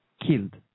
killed